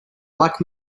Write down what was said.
black